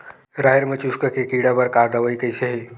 राहेर म चुस्क के कीड़ा बर का दवाई कइसे ही?